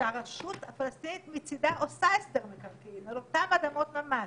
כשהרשות הפלסטינית מצידה עושה הסדר מקרקעין על אותן אדמות ממש,